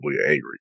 angry